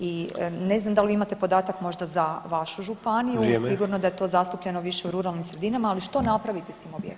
I ne znam da li vi imate podatak možda za vašu županiju [[Upadica Sanader: Vrijeme.]] sigurno da je to zastupljeno više u ruralnim sredinama, ali što napraviti sa tim objektima?